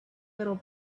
little